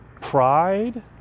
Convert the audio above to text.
Pride